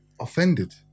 offended